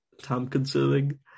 time-consuming